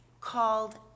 called